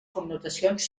connotacions